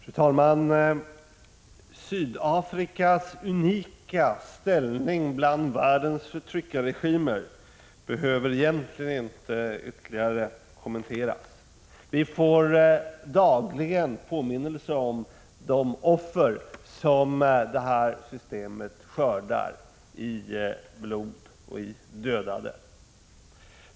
Fru talman! Sydafrikas unika ställning bland världens förtryckarregimer behöver egentligen inte ytterligare kommenteras. Dagligen kommer påminnelser om de offer som detta system skördar i blod och i dödade.